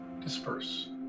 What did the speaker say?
disperse